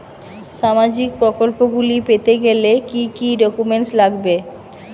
সামাজিক প্রকল্পগুলি পেতে গেলে কি কি ডকুমেন্টস লাগবে?